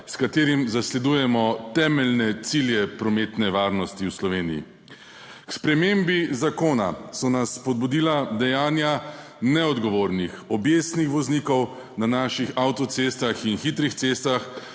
s katerim zasledujemo temeljne cilje prometne varnosti v Sloveniji. K spremembi zakona so nas spodbudila dejanja neodgovornih, objestnih voznikov na naših avtocestah in hitrih cestah,